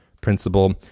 principle